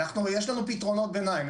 יש לנו פתרונות ביניים.